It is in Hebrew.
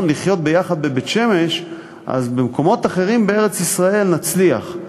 לחיות יחד בבית-שמש אז במקומות אחרים בארץ-ישראל נצליח.